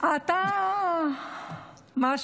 כמו שתגידי עליי שאני מרוקאי.